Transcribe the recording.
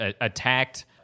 attacked